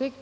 I